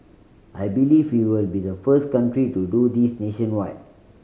I believe we will be the first country to do this nationwide